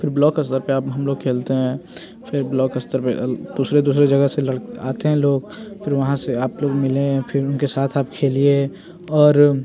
फिर ब्लॉक स्तर पर आप हम लोग खेलते हैं फिर ब्लॉक स्तर पर दूसरी दूसरी जगह से आते हैं लोग फिर वहाँ से आप लोग मिले हैं फिर उनके साथ आप खेलिए और